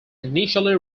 initially